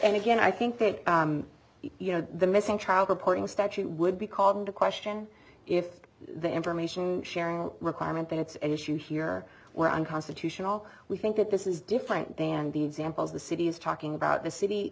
and again i think that you know the missing child reporting statute would be called into question if the information sharing requirement that it's an issue here were unconstitutional we think that this is different than the examples the city is talking about the city